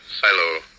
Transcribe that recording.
silo